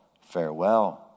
Farewell